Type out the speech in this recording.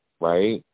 Right